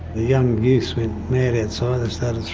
young youth went mad and so